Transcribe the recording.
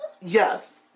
yes